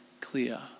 clear